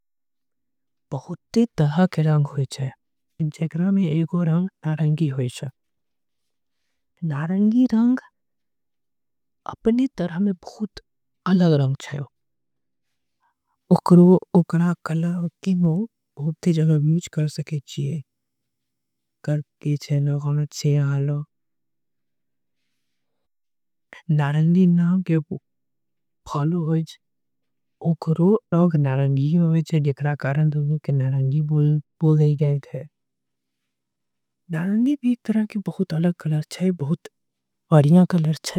बहुते रंग होय छे जेकरा में नारंगी रंग। एक होय छे अपन आप में बहुत अलग। रंग छे ओकरा बहुतेजगह उपयोग कर। सकते बहुत बढ़िया कलर छे।